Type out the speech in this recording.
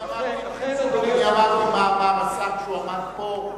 אני אמרתי מה אמר השר כשהוא עמד פה.